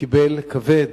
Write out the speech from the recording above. קיבל כבד